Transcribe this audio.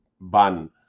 ban